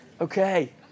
Okay